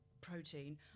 protein